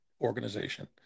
organization